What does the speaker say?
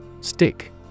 Stick